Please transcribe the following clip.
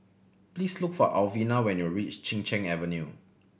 please look for Alvina when you reach Chin Cheng Avenue